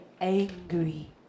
angry